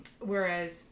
Whereas